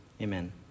Amen